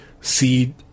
seed